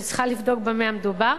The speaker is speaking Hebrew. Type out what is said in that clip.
אני צריכה לבדוק במה המדובר.